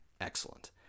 excellent